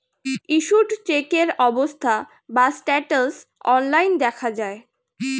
issued চেকের অবস্থা বা স্ট্যাটাস অনলাইন দেখা যায়